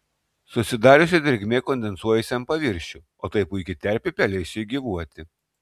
susidariusi drėgmė kondensuojasi ant paviršių o tai puiki terpė pelėsiui gyvuoti